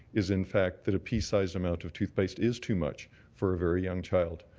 is in fact that a pea-sized amount of toothpaste is too much for a very young child.